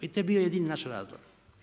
I to je bio jedini naš razlog.